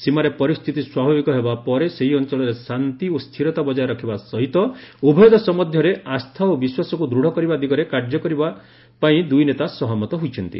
ସୀମାରେ ପରିସ୍ଥିତି ସ୍ୱାଭାବିକ ହେବା ପରେ ସେହି ଅଞ୍ଚଳରେ ଶାନ୍ତି ଓ ସ୍ଥିରତା ବଜାୟ ରଖିବା ସହିତ ଉଭୟ ଦେଶ ମଧ୍ୟରେ ଆସ୍ଥା ଓ ବିଶ୍ୱାସକୁ ଦୃଢ଼ କରିବା ଦିଗରେ କାର୍ଯ୍ୟ କରିବା ପାଇଁ ଦୁଇନେତା ସହମତ ହୋଇଛନ୍ତି